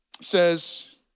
says